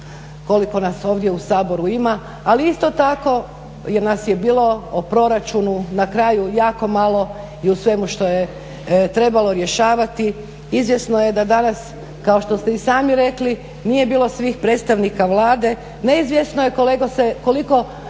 koliko nas ovdje u Saboru ima, ali isto tako je nas je bilo o proračunu na kraju jako malo, i u svemu što je trebalo rješavati izvjesno je da danas kao što ste i sami rekli nije bilo svih predstavnika Vlade, neizvjesno je koliko